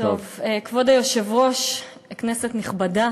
כבוד היושב-ראש, כנסת נכבדה,